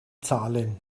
zahlen